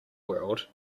world